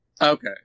Okay